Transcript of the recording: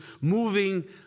moving